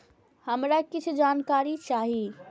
हमरा कीछ जानकारी चाही